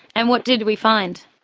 and what did we find?